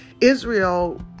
Israel